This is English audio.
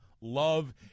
love –